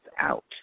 out